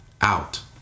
out